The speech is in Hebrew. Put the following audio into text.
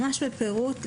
ממש בפירוט,